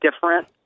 different